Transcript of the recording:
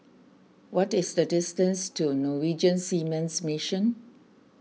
what is the distance to Norwegian Seamen's Mission